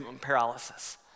paralysis